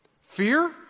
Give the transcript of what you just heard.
Fear